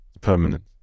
permanent